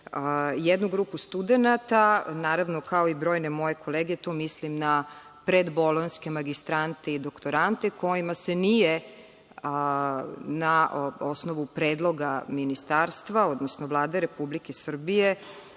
jednu grupu studenata, naravno, kao i brojne moje kolege, tu mislim na predbolonjske magistrante i doktorante, kojima se nije na osnovu predloga Ministarstva, odnosno Vlade Republike Srbije,